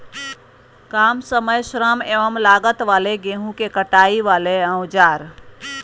काम समय श्रम एवं लागत वाले गेहूं के कटाई वाले औजार?